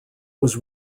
was